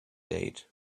date